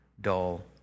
dull